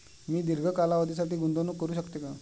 मी दीर्घ कालावधीसाठी गुंतवणूक करू शकते का?